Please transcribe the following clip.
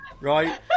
right